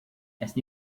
esta